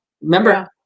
remember